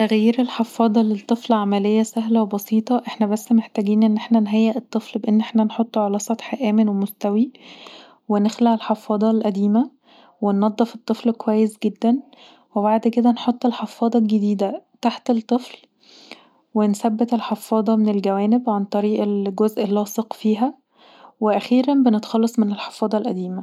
تغيير الحفاضه للطفل عمليه سهلة وبسيطه احنا بس محتاجين ان احنا نهيئ الطفل بأن احنا نحطه علي سطح آمن ومستوي ونخلع الحفاضه القديمه وننضف الطفل كويس جدا وبعد كده نحط الحفاضه الجديده تحت الطفل ونثبت الحفاضه من الجوانب عن طريق الجزء اللاصق فيها واخيرا بنتخلص من الحفاضه القديمه